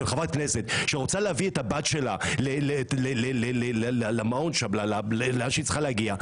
של חברת כנסת שרוצה להביא את הבת שלה לאן שהיא צריכה להגיע,